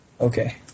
Okay